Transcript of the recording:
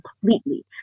completely